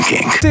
King